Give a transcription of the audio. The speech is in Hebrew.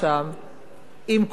עם קופסת "נס קפה".